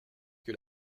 que